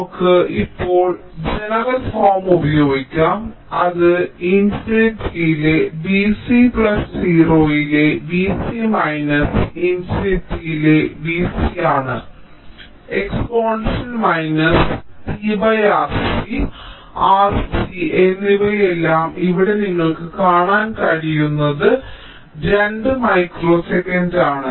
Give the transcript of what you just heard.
നമുക്ക് ഇപ്പോഴും general form ഉപയോഗിക്കാം അത് ഇൻഫിനിറ്റിയിലെ V c 0 യിലെ V c മൈനസ് ഇൻഫിനിറ്റിയിലെ V c ആണ് exponential minus t R c R c എന്നിവയെല്ലാം ഇവിടെ നിങ്ങൾക്ക് കാണാൻ കഴിയുന്നത് 2 മൈക്രോ സെക്കൻഡ് ആണ്